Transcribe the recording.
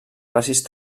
precís